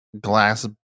glass